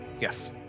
Yes